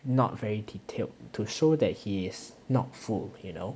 not very detailed to show that he is not fooled you know